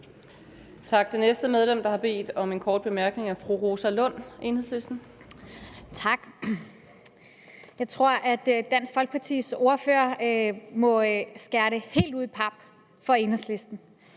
Tak. Det næste medlem, der har bedt om en kort bemærkning, er fru Rosa Lund, Enhedslisten. Kl. 14:17 Rosa Lund (EL): Tak. Jeg tror, at Dansk Folkepartis ordfører må skære det helt ud i pap for Enhedslisten.